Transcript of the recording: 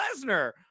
Lesnar